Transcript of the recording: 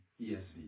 ESV